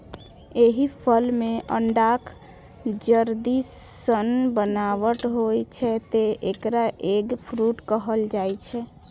एहि फल मे अंडाक जर्दी सन बनावट होइ छै, तें एकरा एग फ्रूट कहल जाइ छै